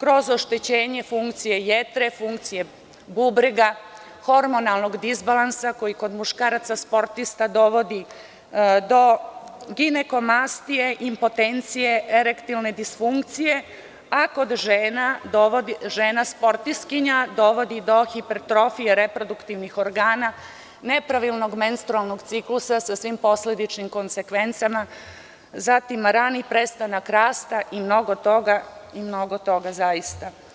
kroz oštećenje funkcije jetra, funkcije bubrega, hormonalnog dizbalansa koji kod muškaraca sportista dovodi do dinekomastije, impotencije, erektilne disfunkcije, a kod žena sportskinja dovodi do hipetrofije reproduktivnih organa, nepravilnog menstrualnog ciklusa, sa svim posledičnim konsekvencama, zatim rani prestanak rasta i mnogo toga, i mnogo toga zaista.